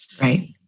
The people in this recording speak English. Right